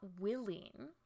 willing